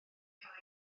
cael